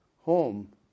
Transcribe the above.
home